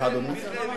סליחה, אדוני.